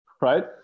right